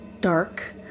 dark